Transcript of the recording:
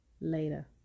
Later